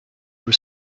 were